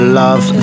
love